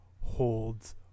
holds